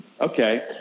Okay